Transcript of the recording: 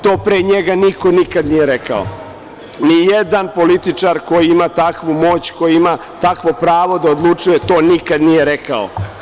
To pre njega niko nikad nije rekao, nijedan političar koji ima takvu moć, koji ima takvo pravo da odlučuje to nikad nije rekao.